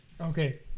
Okay